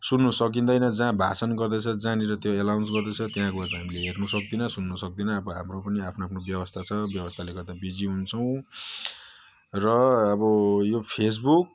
सुन्नु सकिँदैन जहाँ भाषण गर्दैछ जहाँनेरि त्यो एनाउन्स गर्दैछ त्यहाँ गएर त हामी त हेर्नु सक्दैनौँ सुन्नु सक्दैनौँ अब हाम्रो पनि आफ्नो आफ्नो व्यवस्था छ व्यवस्थाले गर्दा बिजी हुन्छौँ र अब यो फेस बुक